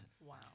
Wow